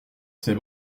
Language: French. ces